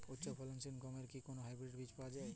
উচ্চ ফলনশীল গমের কি কোন হাইব্রীড বীজ পাওয়া যেতে পারে?